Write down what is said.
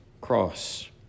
cross